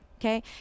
okay